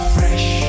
Fresh